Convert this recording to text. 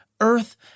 earth